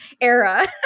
era